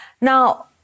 Now